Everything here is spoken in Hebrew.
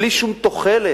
בלי שום תוחלת.